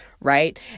right